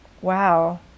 Wow